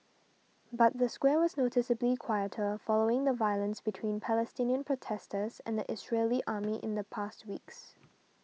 but the square was noticeably quieter following the violence between Palestinian protesters and the Israeli army in the past weeks